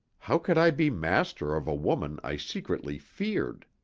how could i be master of a woman i secretly feared?